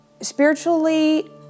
Spiritually